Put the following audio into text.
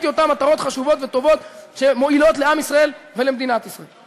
אותן מטרות חשובות וטובות שמועילות לעם ישראל ולמדינת ישראל.